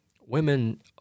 women